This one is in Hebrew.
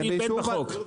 סעיף ב לחוק.